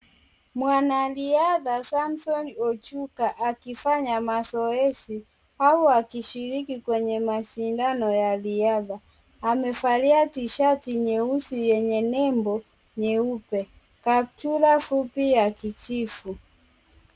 Mwanariadha Samson Ojuka akifanya mazoezi au akishiriki kwenye mashindano ya riadha. Amevalia tishati nyeusi yenye nembo nyeupe, kaptura fupi ya kijivu.